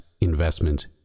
investment